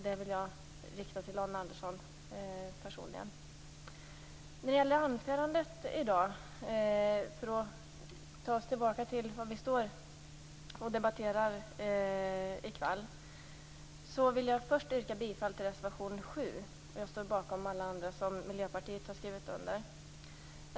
Det vill jag rikta till Arne För att gå tillbaka till själva anförandet och det vi debatterar i kväll vill jag först yrka bifall till reservation 7. Jag står bakom alla andra reservationer som Miljöpartiet har skrivit under.